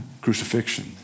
crucifixion